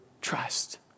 trust